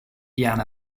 ian